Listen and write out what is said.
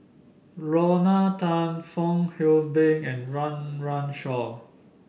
Lorna Tan Fong Hoe Beng and Run Run Shaw